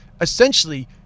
Essentially